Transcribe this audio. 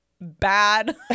bad